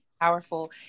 Powerful